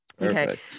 okay